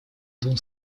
двум